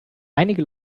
einige